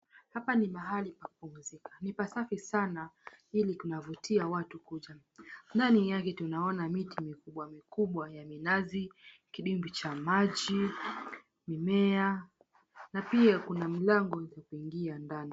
Hapa ni pahali pa kumpumzika ni pa safi sana ili kuvutia watu kuja, ndani yake tunaona miti mikubwa mikubwa, minazi, kidibwi cha maji mimea na pia kuna mlango wa kuingia ndani.